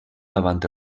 davant